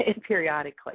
periodically